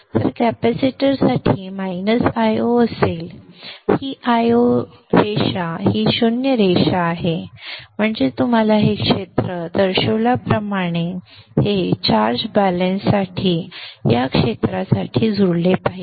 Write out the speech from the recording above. तर कॅपेसिटरसाठी minus Io असेल ही Io रेषा ही 0 रेषा आहे म्हणजे तुम्हाला हे क्षेत्र दर्शविल्याप्रमाणे हे क्षेत्र रेफर वेळ 1543 चार्ज बॅलन्ससाठी या क्षेत्राशी जुळले पाहिजे